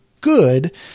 good